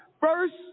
First